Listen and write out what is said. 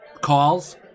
Calls